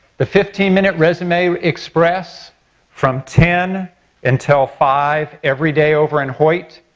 the fifteen minute resume express from ten until five every day over in hoyt,